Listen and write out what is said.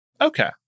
Okay